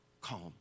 calm